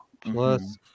plus